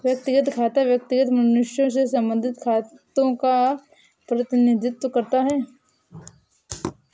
व्यक्तिगत खाता व्यक्तिगत मनुष्यों से संबंधित खातों का प्रतिनिधित्व करता है